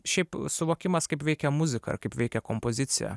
šiaip suvokimas kaip veikia muzika ir kaip veikia kompozicija